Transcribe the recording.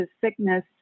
sickness